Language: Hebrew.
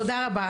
תודה רבה,